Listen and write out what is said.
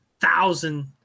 thousand